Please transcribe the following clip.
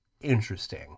Interesting